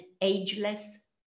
ageless